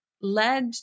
led